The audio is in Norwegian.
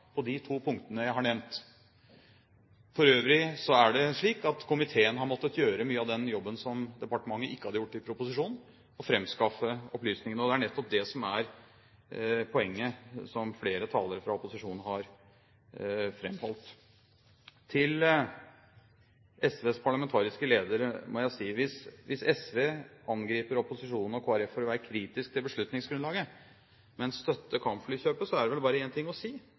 på de to punktene jeg har nevnt. For øvrig er det slik at komiteen har måttet gjøre mye av den jobben som departementet ikke hadde gjort i proposisjonen, for å framskaffe opplysningene. Det er nettopp det som er poenget, som flere talere fra opposisjonen har framholdt. Til SVs parlamentariske leder må jeg si at hvis SV angriper opposisjonen og Kristelig Folkeparti for å være kritisk til beslutningsgrunnlaget, men støtter kampflykjøpet, er det bare én ting å si: